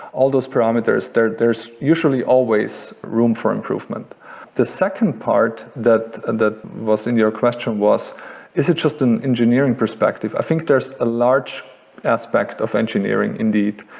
all those parameters there's there's usually always room for improvement the second part that was in your question was is it just an engineering perspective? i think there's a large aspect of engineering indeed,